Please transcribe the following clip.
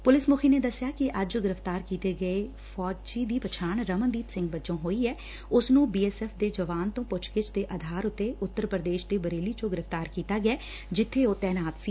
police ਮੁੱਖੀ ਨੇ ਦਸਿਆ ਕਿ ਅੱਜ ਗ੍ਰਿਫ਼ਤਾਰ ਕੀਤੇ ਗਏ ਫੌਜੀ ਦੀ ਪਛਾਣ ਰਮਨਦੀਪ ਸਿੰਘ ਵਜੋਂ ਹੋਈ ਐ ਉਸ ਨੂੰ ਬੀ ਐਸ ਐਫ਼ ਦੇ ਜਵਾਨ ਤੋਂ ਪੁੱਛਗਿੱਛ ਦੇ ਆਧਾਰ ਤੇ ਉੱਤਰ ਪ੍ਰਦੇਸ਼ ਦੇ ਬਰੇਲੀ ਚੋਂ ਗ੍ਰਿਫ਼ਤਾਰ ਕੀਤਾ ਗਿਐ ਜਿੱਬੇ ਊਹ ਤੈਨਾਤ ਸੀ